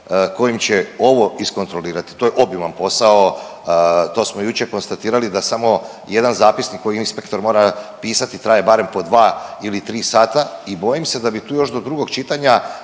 kojim će ovo iskontrolirati. To je obiman posao, to smo jučer konstatirali da samo jedan zapisnik koji inspektor mora pisati traje barem po dva ili tri sata. I bojim se da bi tu još do drugog čitanja